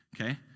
okay